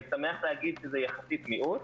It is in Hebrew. אני שמח להגיד שזה יחסית מיעוט,